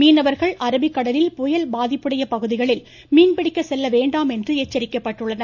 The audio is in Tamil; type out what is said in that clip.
மீனவர்கள் அரபிக்கடலில் புயல் பாதிப்புடைய பகுதிகளில் மீன்பிடிக்க செல்ல வேண்டாம் என்று எச்சரிக்கப்பட்டுள்ளனர்